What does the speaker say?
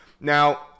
Now